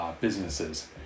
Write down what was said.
businesses